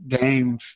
games